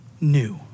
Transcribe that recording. new